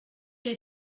que